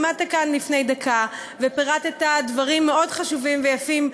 עמדת כאן לפני דקה ופירטת דברים מאוד חשובים ויפים,